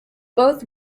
both